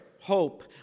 hope